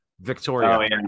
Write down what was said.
Victoria